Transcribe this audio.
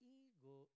ego